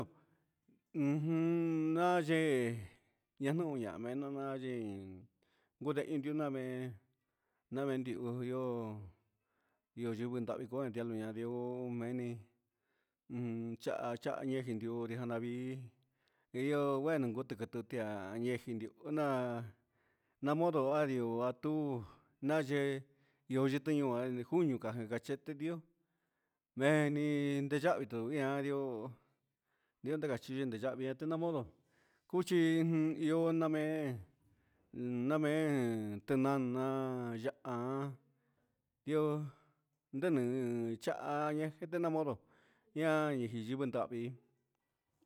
Ujun nayee nanu ñamee nama yii gundehe gunamee namedihu yoo ñivɨ ndahvi cuendali ya ndioo mee ni chaha chaha ñe ndioo ñiji vii naan modo adiu tu naguee io nditi yuu juñu cayu cachete ndioo vee ni ndayhvi ndi tuu ndioo ndioo nda cachi ndi nda yahvi ña modo uchi namee namee tinana yaha ndioo ndee ni chaha ni ña modo ña iji ñivi ndahvi